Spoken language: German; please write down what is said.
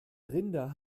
rinder